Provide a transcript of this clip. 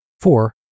Four